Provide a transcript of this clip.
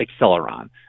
Acceleron